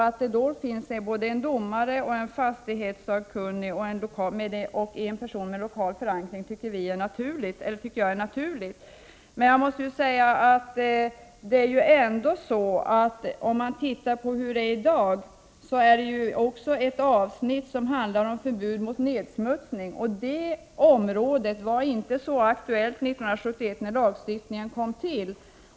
Att det då ingår en domare, en fastighetssakkunnig och en person med lokal förankring är naturligt. I dag finns det också ett avsnitt som handlar om förbud mot nedsmutsning. Det området var inte så aktuellt år 1971 när lagstiftningen kom till.